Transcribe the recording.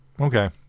Okay